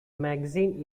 magazine